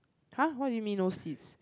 !huh! what do you mean no seats